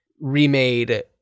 remade